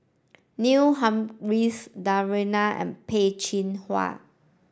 Neil Humphreys Danaraj and Peh Chin Hua